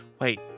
Wait